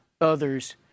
others